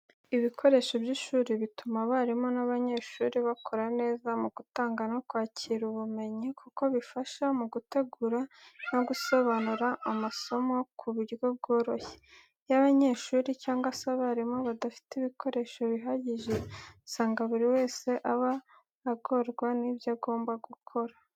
Ibikoresho by'ishuri bituma abarimu n'abanyeshuri bakorana neza mu gutanga no kwakira ubumenyi kuko bifasha mu gutegura no gusobanura amasomo ku buryo bworoshye. Iyo abanyeshuri cyangwa se abarimu badafite ibikoresho bihagije, usanga buri wese aba agorwa n'ibyo agomba gukora.